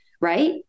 right